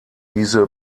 diese